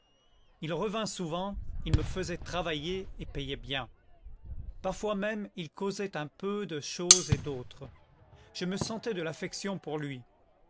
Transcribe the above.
il revint souvent il me faisait travailler et payait bien parfois même il causait un peu de choses et d'autres je me sentais de l'affection pour lui